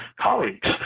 colleagues